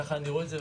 כך אני רואה את זה,